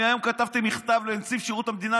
אני היום כתבתי מכתב לנציב שירות המדינה